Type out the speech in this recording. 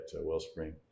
Wellspring